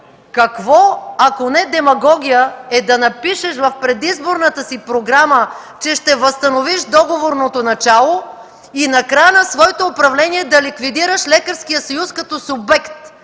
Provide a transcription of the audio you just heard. Какво, ако не демагогия, е да напишеш в предизборната си програма, че ще възстановиш договорното начало и накрая на своето управление да ликвидираш Лекарския съюз като субект